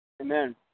Amen